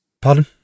Pardon